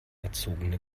erzogene